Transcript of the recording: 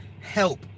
help